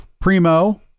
Primo